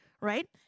right